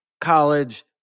college